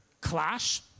clash